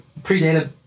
predated